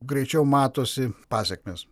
greičiau matosi pasekmės